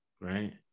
right